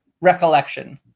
recollection